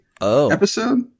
episode